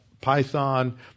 Python